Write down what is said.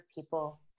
people